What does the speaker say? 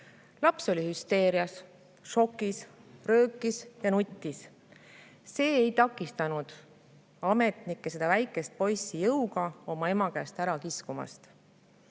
Laps oli hüsteerias, šokis, ta röökis ja nuttis. See ei takistanud ametnikke seda väikest poissi jõuga ema käest ära kiskumast. Praegu